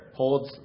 holds